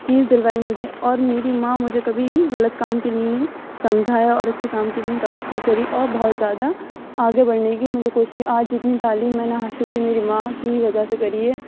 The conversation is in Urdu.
چیز دلوائی مجھے اور میری ماں مجھے کبھی بھی غلط کام کے لیے سمجھایا اور اچھے کام کے لیے توقع کری اور بہت زیادہ آگے بڑھنے کی مجھے آج جتنی تعلیم میں نے حاصل کری ہے میری ماں کی وجہ سے کری ہے